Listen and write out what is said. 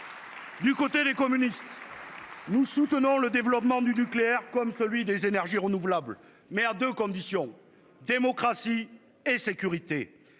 Quant à nous, communistes, nous soutenons le développement du nucléaire comme celui des énergies renouvelables, mais à deux conditions : démocratie et sécurité.